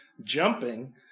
jumping